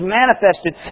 manifested